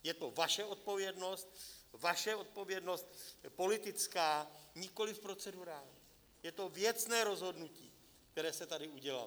Je to vaše odpovědnost, vaše odpovědnost politická, nikoli procedurální, je to věcné rozhodnutí, které jste tady udělali.